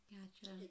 Gotcha